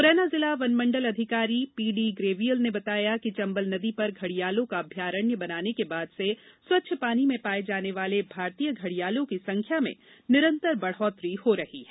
मुरैना जिला वन मंडल अधिकारी पी डी ग्रेवियल ने बताया कि चंबल नदी पर घडियालों का अभ्यारण्य बनाने के बाद से स्वच्छ पानी में पाये जाने वाले भारतीय घडियालों की संख्या में निरंतर बढोत्तरी हो रही है